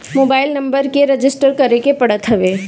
mobile number के register करे के पड़त हवे